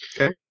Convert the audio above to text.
Okay